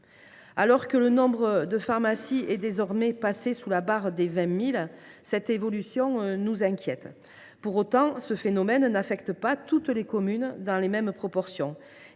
Alors que le nombre de pharmacies est désormais passé sous la barre des 20 000, cette évolution nous inquiète. Pour autant, ce phénomène n’affecte pas toutes les communes dans les mêmes proportions.